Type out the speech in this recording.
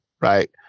Right